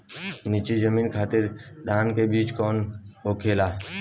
नीची जमीन खातिर धान के बीज कौन होखे?